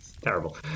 terrible